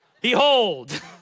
Behold